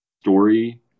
story